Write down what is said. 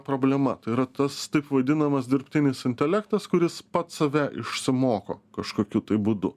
problema tai yra tas taip vadinamas dirbtinis intelektas kuris pats save išsimoko kažkokiu būdu